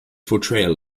portrayal